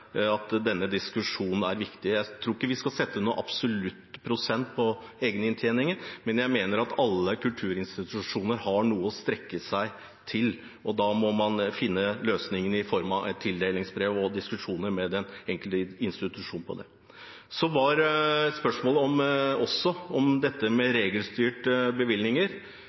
denne diskusjonen er viktig. Jeg tror ikke vi skal sette noen absolutt prosent for egeninntjening, men jeg mener at alle kulturinstitusjoner har noe å strekke seg mot, og da må man finne løsningen på det i form av tildelingsbrev og diskusjoner med den enkelte institusjon. Så var spørsmålet også om dette med regelstyrte bevilgninger.